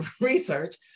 research